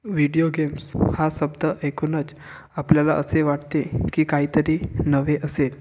video games हा शब्द ऐकूनच आपल्याला असे वाटते की काहीतरी नवे असेल